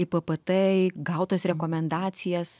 į p p t į gautas rekomendacijas